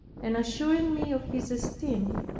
and assuring me of his esteem,